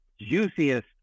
juiciest